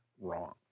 wrong